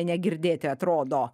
negirdėti atrodo